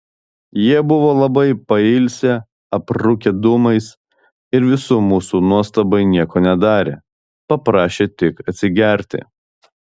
jie buvo labai pailsę aprūkę dūmais ir visų mūsų nuostabai nieko nedarė paprašė tik atsigerti